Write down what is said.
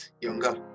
younger